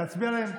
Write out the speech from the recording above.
להצביע עליהם?